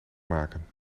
maken